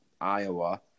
Iowa